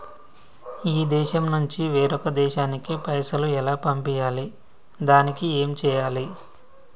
ఈ దేశం నుంచి వేరొక దేశానికి పైసలు ఎలా పంపియ్యాలి? దానికి ఏం చేయాలి?